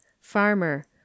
farmer